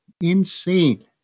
Insane